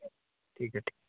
ठीक है ठीक है